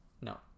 No